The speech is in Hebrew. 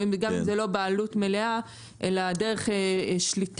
גם אם זה לא בעלות מלאה אלא דרך שליטה,